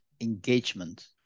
engagement